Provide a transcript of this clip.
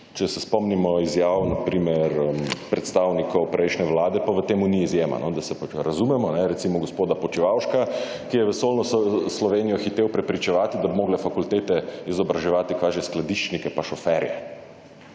Če se spomnimo izjav na primer predstavnikov prejšnje vlade, pa v tem ni izjema, da se pač razumemo, recimo gospoda Počivalška, ki je vesoljno Slovenijo hitel prepričevati, da bi morale fakultete izobraževati, kaj že, skladiščnike in šoferje.